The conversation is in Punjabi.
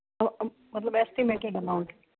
ਮਤਲਬ ਐਸਟੀਮੈਟੇਡ ਅਮਾਊਂਟ